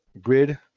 Grid